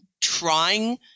trying